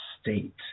state